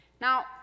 Now